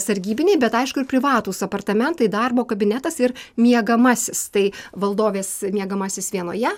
sargybiniai bet aišku ir privatūs apartamentai darbo kabinetas ir miegamasis tai valdovės miegamasis vienoje